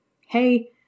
hey